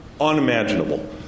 unimaginable